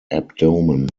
abdomen